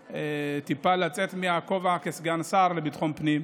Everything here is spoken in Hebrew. וטיפה לצאת מהכובע כסגן השר לביטחון פנים,